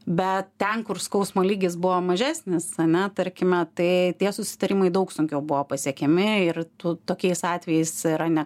bet ten kur skausmo lygis buvo mažesnis ane tarkime tai tie susitarimai daug sunkiau buvo pasiekiami ir tu tokiais atvejais yra ne